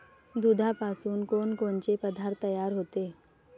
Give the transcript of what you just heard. दुधापासून कोनकोनचे पदार्थ तयार होते?